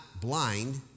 blind